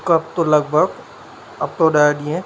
हिकु हफ़्तो लॻभॻि हफ़्तो ॾह ॾींहं